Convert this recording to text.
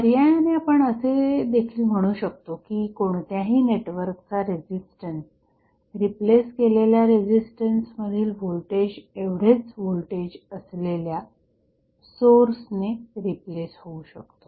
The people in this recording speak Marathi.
पर्यायाने आपण असे देखील म्हणू शकतो की कोणत्याही नेटवर्कचा रेझिस्टन्स रिप्लेस झालेल्या रेझिस्टन्स मधील व्होल्टेज एवढेच व्होल्टेज असलेल्या सोर्सने रिप्लेस होऊ शकतो